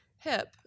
hip